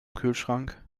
kühlschrank